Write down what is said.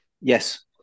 Yes